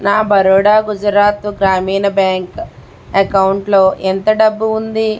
నా బరోడా గుజరాత్ గ్రామీణ బ్యాంక్ అకౌంటులో ఎంత డబ్బు ఉంది